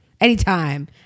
anytime